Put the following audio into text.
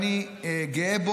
אני גאה בו.